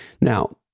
Now